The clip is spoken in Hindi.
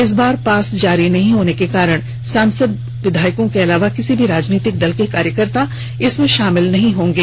इस बार पास जारी नहीं होने के कारण सांसद विधायक के अलावा किसी भी राजनीतिक दल के कार्यकर्ता शामिल नहीं होंगे